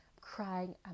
crying